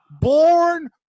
born